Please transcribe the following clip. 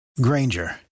Granger